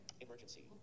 Emergency